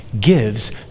gives